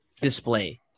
display